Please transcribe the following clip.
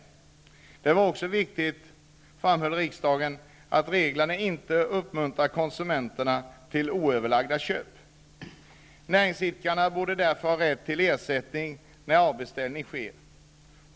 Vidare är det viktigt, framhöll riksdagen, att reglerna inte uppmuntrar konsumenterna till oöverlagda köp. Näringsidkarna borde därför ha rätt till ersättning när avbeställning sker.